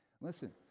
Listen